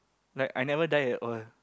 like I never die at all